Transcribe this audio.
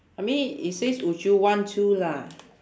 I mean it says would you want to lah